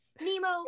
Nemo